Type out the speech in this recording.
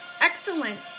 Excellent